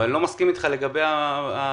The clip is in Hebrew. אני לא מסכים איתך לגבי הוועדה,